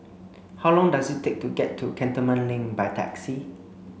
how long does it take to get to Cantonment Link by taxi